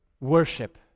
worship